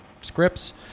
scripts